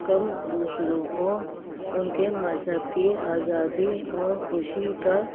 کم دوسروں کو ان کے مذہب کی آزادی اور خوشی کا